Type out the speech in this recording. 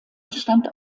bestand